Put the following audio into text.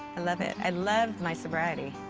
i love it. i love my sobriety.